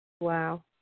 Wow